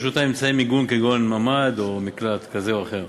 לרשותם אמצעי מיגון כגון ממ"ד או מקלט כזה או אחר.